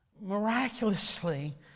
Miraculously